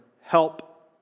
help